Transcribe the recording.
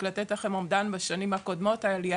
רק לתת לכם אומדן מהשנים הקודמות העלייה